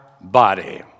body